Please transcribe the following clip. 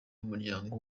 umuryango